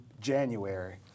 january